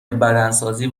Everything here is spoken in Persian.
بدنسازی